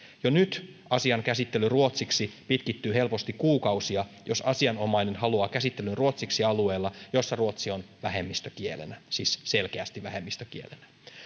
jo nyt asian käsittely ruotsiksi pitkittyy helposti kuukausia jos asianomainen haluaa käsittelyn ruotsiksi alueella jolla ruotsi on vähemmistökielenä siis selkeästi vähemmistökielenä